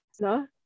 no